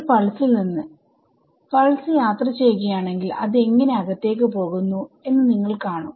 ഒരു പൾസിൽ നിന്ന്പൾസ് യാത്ര ചെയ്യുകയാണെങ്കിൽ അത് എങ്ങനെ അകത്തേക്ക് പോകുന്നു എന്ന് നിങ്ങൾ കാണും